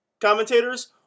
commentators